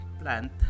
plant